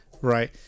right